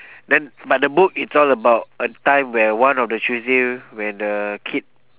then but the book it's all about a time where one of the tuesday when the kid